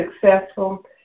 successful